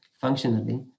functionally